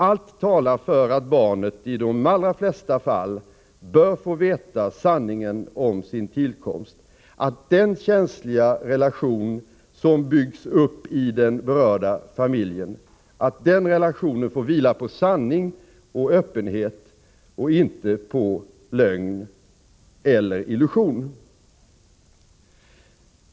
Allt talar för att barnet i de allra flesta fall bör få veta sanningen om sin tillkomst — att den känsliga relation som byggs upp i den berörda familjen får vila på sanning och öppenhet och inte på lögn eller illusion.